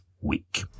week